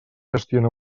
gestiona